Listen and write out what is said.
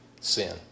sin